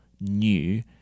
new